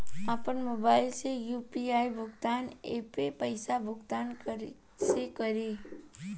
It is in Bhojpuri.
आपन मोबाइल से यू.पी.आई भुगतान ऐपसे पईसा भुगतान कइसे करि?